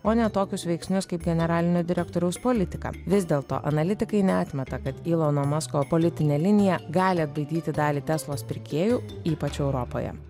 o ne tokius veiksnius kaip generalinio direktoriaus politiką vis dėlto analitikai neatmeta kad ylono masko politinė linija gali atbaidyti dalį teslos pirkėjų ypač europoje